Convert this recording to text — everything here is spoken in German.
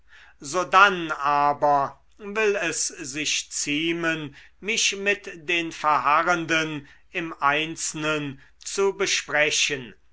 sodann aber will es sich ziemen mich mit den verharrenden im einzelnen zu besprechen